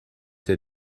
der